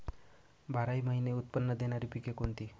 बाराही महिने उत्त्पन्न देणारी पिके कोणती?